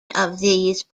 poses